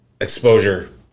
exposure